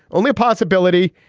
only a possibility.